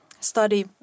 study